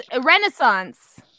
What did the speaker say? Renaissance